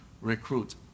recruit